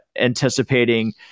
anticipating